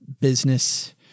business